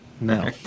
no